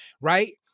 Right